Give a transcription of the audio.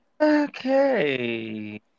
Okay